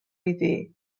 iddi